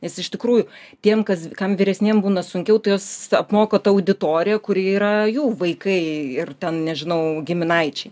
nes iš tikrųjų tiem kas kam vyresniems būna sunkiau tuos apmoko ta auditorija kuri yra jų vaikai ir ten nežinau giminaičiai